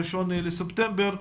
ה-1 בספטמבר.